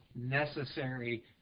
necessary